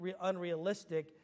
unrealistic